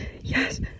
yes